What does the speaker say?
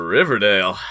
Riverdale